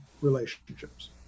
relationships